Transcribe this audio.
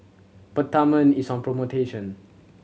Peptamen is on promotion